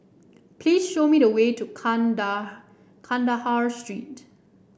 please show me the way to Kanda Kandahar Street